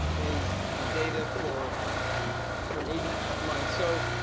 is the data for for eight and a half months. so,